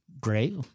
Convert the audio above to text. Great